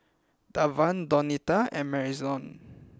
Davian Donita and Marion